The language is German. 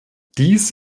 dies